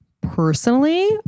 Personally